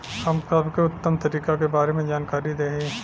हम सबके उत्तम तरीका के बारे में जानकारी देही?